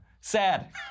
Sad